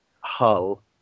Hull